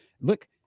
Look